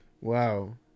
wow